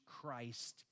Christ